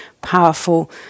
powerful